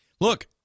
Look